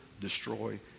destroy